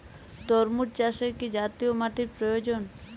তরমুজ চাষে কি জাতীয় মাটির প্রয়োজন?